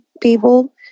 people